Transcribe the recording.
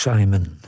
Simon